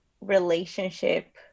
relationship